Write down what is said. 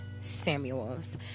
Samuels